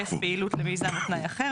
היקף פעילות למיזם או תנאי אחר,